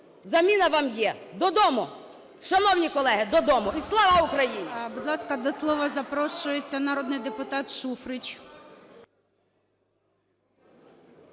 Заміна вам є. Додому, шановні колеги, додому! І слава Україні!